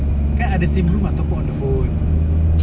kan ada same room ataupun on the phone